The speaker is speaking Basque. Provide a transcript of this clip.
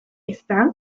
ezta